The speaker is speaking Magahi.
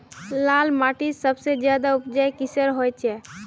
लाल माटित सबसे ज्यादा उपजाऊ किसेर होचए?